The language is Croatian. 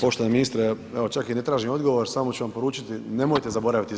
Poštovani ministre, evo čak i ne tražim odgovor, samo ću vam poručiti nemojte zaboraviti Zrin.